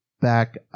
back